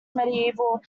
medieval